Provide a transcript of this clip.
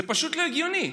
זה פשוט לא הגיוני.